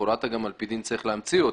גם על פי דין אתה צריך להמציא אותה.